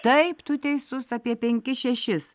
taip tu teisus apie penkis šešis